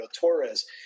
Torres